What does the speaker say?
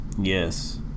Yes